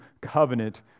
covenant